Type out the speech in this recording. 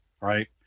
Right